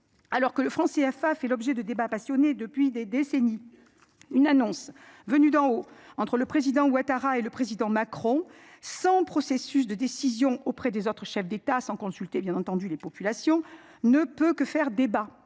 Alors que le franc CFA fait l'objet de débats passionnés depuis des décennies. Une annonce venue d'en haut, entre le président Ouattara et le président Macron sans processus de décision auprès des autres chefs d'État sans consulter. Bien entendu, les populations ne peut que faire débat.